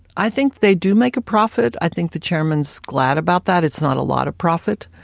i think they do make a profit. i think the chairman's glad about that. it's not a lot of profit.